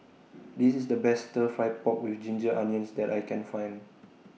This IS The Best Stir Fry Pork with Ginger Onions that I Can Find